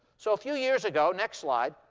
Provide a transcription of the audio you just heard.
so a few years ago next slide